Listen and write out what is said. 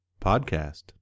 Podcast